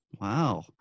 Wow